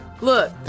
Look